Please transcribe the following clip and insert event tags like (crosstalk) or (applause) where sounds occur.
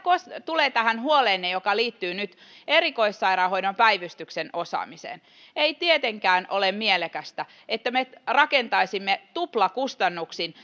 tulee tähän huoleenne joka liittyy nyt erikoissairaanhoidon päivystyksen osaamiseen ei tietenkään ole mielekästä että me rakentaisimme tuplakustannuksin (unintelligible)